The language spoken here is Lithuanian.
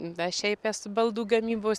aš šiaip esu baldų gamybos